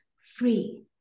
free